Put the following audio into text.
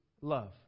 love